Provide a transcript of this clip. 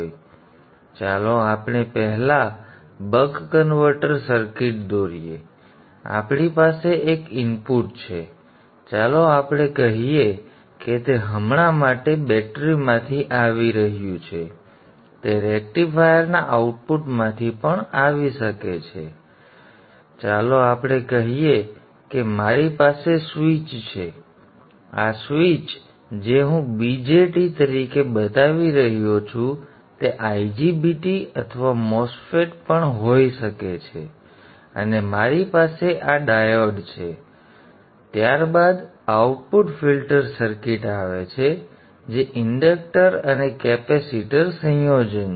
તેથી ચાલો આપણે પહેલા બક કન્વર્ટર સર્કિટ દોરીએ તેથી આપણી પાસે એક ઇનપુટ છે અને ચાલો આપણે કહીએ કે તે હમણાં માટે બેટરી માંથી આવી રહ્યું છે તે રેક્ટિફાયર ના આઉટપુટમાંથી પણ આવી શકે છે અને ચાલો આપણે કહીએ કે મારી પાસે સ્વીચ છે હવે આ સ્વીચ જે હું BJT તરીકે બતાવી રહ્યો છું તે IGBT અથવા MOSFET પણ હોઈ શકે છે અને મારી પાસે આ ડાયોડ છે અને ત્યારબાદ આઉટપુટ ફિલ્ટર સર્કિટ આવે છે જે ઇંડક્ટર અને કેપેસિટર સંયોજન છે